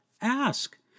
Ask